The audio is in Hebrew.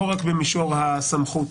לא רק במישור הסמכות,